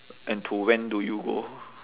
and to when do you go